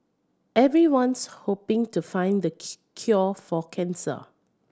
everyone's hoping to find the cure for cancer